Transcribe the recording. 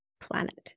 planet